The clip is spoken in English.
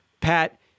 Pat